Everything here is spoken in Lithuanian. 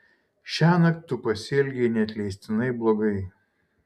šiąnakt tu pasielgei neatleistinai blogai